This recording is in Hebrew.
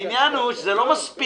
העניין הוא שזה לא מספיק.